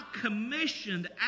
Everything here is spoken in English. commissioned